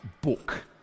book